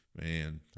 man